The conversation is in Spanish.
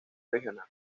regional